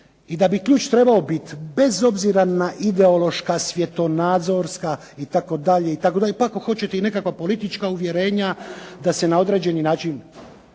i da bi ključ trebao biti bez obzira na ideološka svjetonazorska itd., itd. pa ako baš hoćete i neka politička uvjerenja, da se na određeni način